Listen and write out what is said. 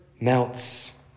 melts